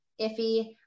iffy